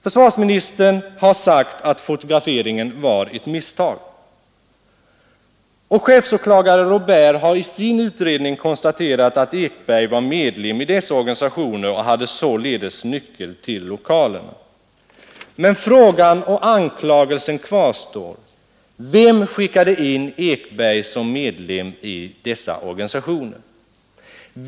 Försvarsministern har sagt att fotograferingen var ett misstag. Och chefsåklagare Robért har i sin utredning konstaterat att Ekberg var medlem i dessa organisationer och således hade nyckel till lokalerna. Men frågan och anklagelsen kvarstår. Vem skickade in Ekberg som medlem i dessa organisationer?